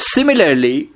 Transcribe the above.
Similarly